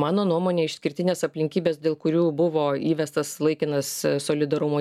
mano nuomone išskirtinės aplinkybės dėl kurių buvo įvestas laikinas solidarumo